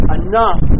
enough